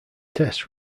tests